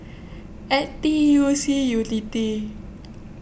N T U C Unity